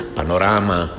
panorama